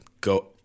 Go